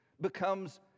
becomes